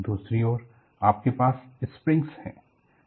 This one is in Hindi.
दूसरी ओर आपके पास स्प्रिंग्स है